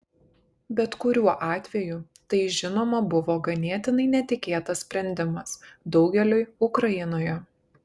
bet kuriuo atveju tai žinoma buvo ganėtinai netikėtas sprendimas daugeliui ukrainoje